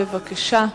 בבקשה.